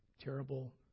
terrible